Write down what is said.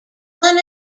one